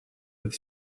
with